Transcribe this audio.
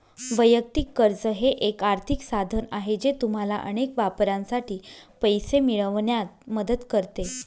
वैयक्तिक कर्ज हे एक आर्थिक साधन आहे जे तुम्हाला अनेक वापरांसाठी पैसे मिळवण्यात मदत करते